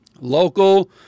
Local